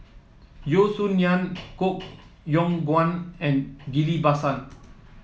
Yeo Song Nian Koh Yong Guan and Ghillie Basan